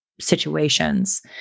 situations